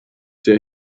sehr